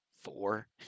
four